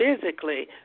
physically